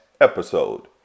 episode